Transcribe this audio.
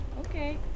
Okay